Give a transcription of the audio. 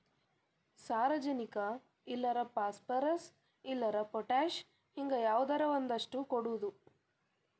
ಸಾರಜನಕ ಇಲ್ಲಾರ ಪಾಸ್ಪರಸ್, ಇಲ್ಲಾರ ಪೊಟ್ಯಾಶ ಹಿಂಗ ಯಾವದರ ಒಂದಷ್ಟ ಕೊಡುದು